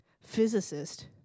physicist